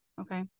Okay